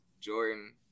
Jordan